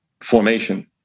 formation